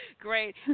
Great